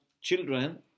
children